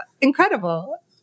incredible